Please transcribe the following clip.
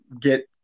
get